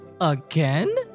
again